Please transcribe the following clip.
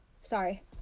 sorry